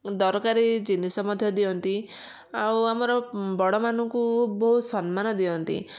ଦରକାରୀ ଜିନିଷ ମଧ୍ୟ ଦିଅନ୍ତି ଆଉ ଆମର ବଡ଼ମାନଙ୍କୁ ବହୁତ ସମ୍ମାନ ଦିଅନ୍ତି